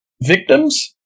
victims